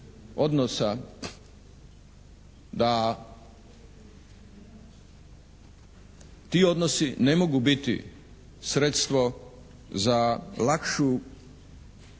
da ti odnosi ne mogu biti sredstvo za lakšu ukupnu